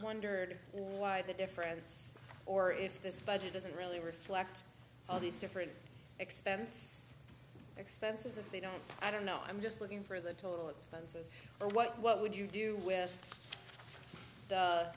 wondered why the difference or if this budget doesn't really reflect all these different expense expenses if they don't i don't know i'm just looking for the total expenses but what what would you do with